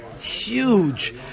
huge